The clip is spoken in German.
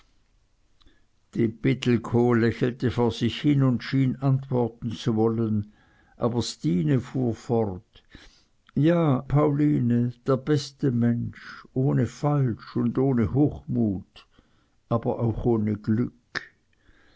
die pittelkow lächelte vor sich hin und schien antworten zu wollen aber stine fuhr fort ja pauline der beste mensch ohne falsch und ohne hochmut aber auch ohne glück